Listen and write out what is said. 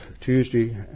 Tuesday